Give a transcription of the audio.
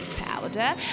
powder